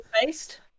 based